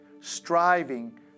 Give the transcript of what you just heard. striving